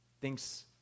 thinks